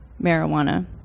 marijuana